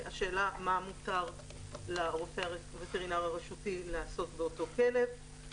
והשאלה מה מותר לווטרינר הרשותי לעשות באותו כלב.